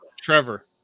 Trevor